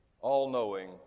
all-knowing